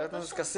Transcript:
חבר הכנסת כסיף.